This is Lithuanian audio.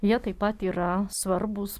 jie taip pat yra svarbūs